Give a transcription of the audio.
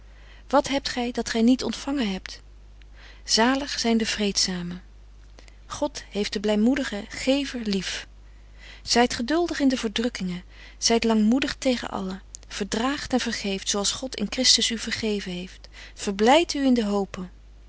wat hebt gy dat gy niet ontfangen hebt zalig zyn de vreedzamen god heeft den blymoedigen gever lief zyt geduldig in de verdrukkingen zyt langmoedig tegen allen verdraagt en vergeeft zo als god in christus u vergeven heeft verblydt u in de hope